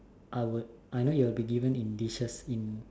I would you will be given in dishes in